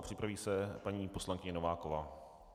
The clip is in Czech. A připraví se paní poslankyně Nováková.